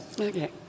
Okay